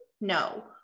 No